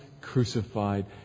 crucified